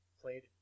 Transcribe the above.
Played